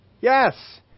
Yes